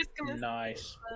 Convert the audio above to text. Nice